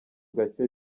gake